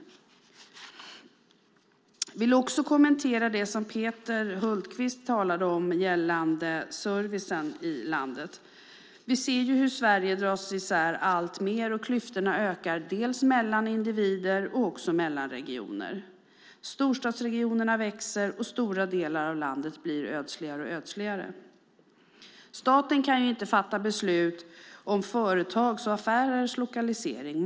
Jag vill också kommentera det som Peter Hultqvist sade om servicen i landet. Vi ser hur Sverige alltmer dras isär och att klyftorna ökar dels mellan individer, dels mellan regioner. Storstadsregionerna växer, och stora delar av landet blir allt ödsligare. Staten kan inte fatta beslut om företags och affärers lokalisering.